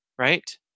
Right